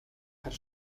хар